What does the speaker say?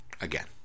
Again